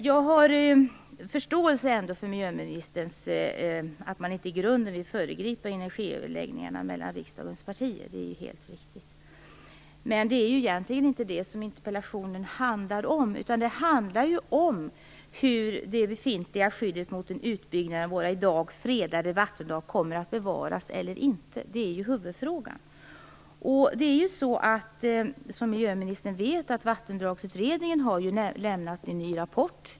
Jag har ändå förståelse för att man inte vill föregripa energiöverläggningarna mellan riksdagens partier. Det är helt riktigt. Men det är ju egentligen inte det som interpellationen handlar om. Det handlar om huruvida det befintliga skyddet mot en utbyggnad av våra i dag fredade vattendrag kommer att bevaras eller inte. Det är huvudfrågan. Som miljöministern vet har Vattendragsutredningen lämnat en ny rapport.